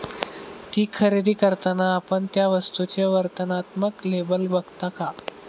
ती खरेदी करताना आपण त्या वस्तूचे वर्णनात्मक लेबल बघता का?